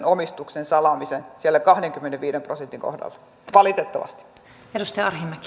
omistuksen salaamisen siellä kahdenkymmenenviiden prosentin kohdalla valitettavasti arvoisa